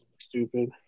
stupid